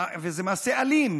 וזה מעשה אלים,